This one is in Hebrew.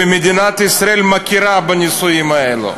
ומדינת ישראל מכירה בנישואים האלה,